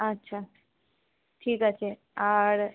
আচ্ছা ঠিক আছে আর